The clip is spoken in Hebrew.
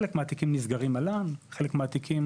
חלק מהתיקים נסגרים, חלק מהתיקים